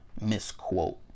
misquote